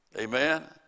Amen